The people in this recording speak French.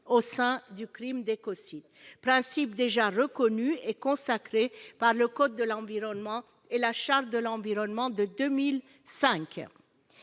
au sein du crime d'écocide- ce principe est déjà reconnu et consacré par le code de l'environnement et la Charte de l'environnement de 2005.